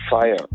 Fire